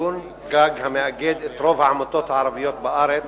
ארגון-גג המאגד את רוב העמותות הערביות בארץ,